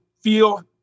feel